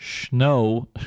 snow